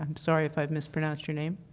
um sorry if i mispronounced your name.